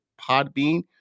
podbean